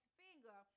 finger